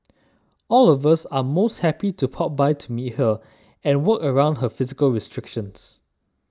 all of us are most happy to pop by to meet her and work around her physical restrictions